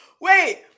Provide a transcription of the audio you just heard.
Wait